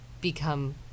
become